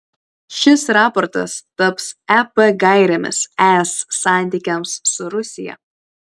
šis raportas taps ep gairėmis es santykiams su rusija